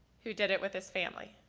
who did it with his family.